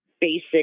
basic